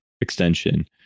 extension